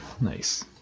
Nice